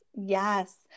yes